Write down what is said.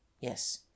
Yes